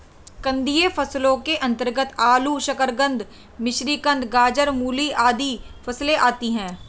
कंदीय फसलों के अंतर्गत आलू, शकरकंद, मिश्रीकंद, गाजर, मूली आदि फसलें आती हैं